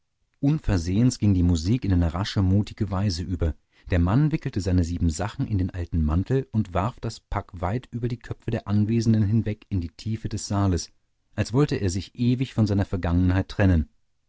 unversehens ging die musik in eine rasche mutige weise über der mann wickelte seine siebensachen in den alten mantel und warf das pack weit über die köpfe der anwesenden hinweg in die tiefe des saales als wollte er sich ewig von seiner vergangenheit trennen